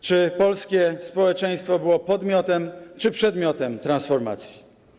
Czy polskie społeczeństwo było podmiotem, czy przedmiotem transformacji?